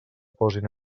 posin